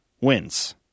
wins